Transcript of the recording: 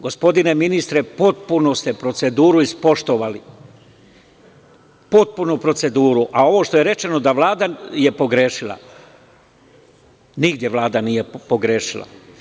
Gospodine ministre, potpuno ste proceduru ispoštovali, a ovo što je rečeno da Vlada je pogrešila, nigde Vlada nije pogrešila.